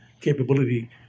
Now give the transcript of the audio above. capability